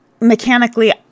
mechanically